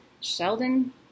Sheldon